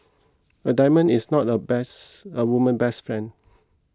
a diamond is not a best a woman's best friend